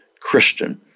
Christian